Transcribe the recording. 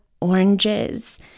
oranges